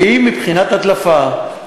והיא בבחינת הדלפה.